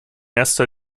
erster